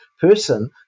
person